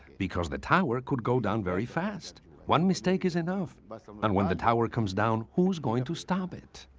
because the tower could go down very fast. one mistake is enough, but um and when the tower comes down who's going to stop it?